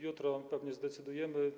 Jutro pewnie zdecydujemy.